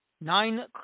nine